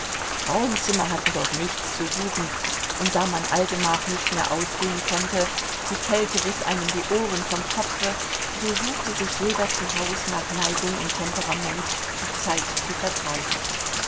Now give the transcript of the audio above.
frauenzimmer hatten dort nichts zu suchen und da man allgemach nicht mehr ausgehen konnte die kälte riß einem die ohren vom kopfe so suchte sich jeder zuhaus nach neigung und temperament die zeit zu vertreiben